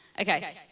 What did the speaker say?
Okay